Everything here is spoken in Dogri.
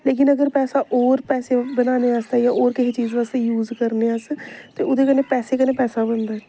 लेकिन अगर पैसा होर पैसे बधाने आस्तै जां होर कोई चीज़ बास्तै यूज़ करने आं अस ते ओह्दे कन्नै पैसे कन्नै पैसा बनदा